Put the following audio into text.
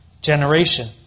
generation